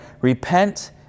Repent